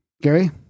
Gary